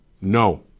No